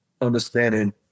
understanding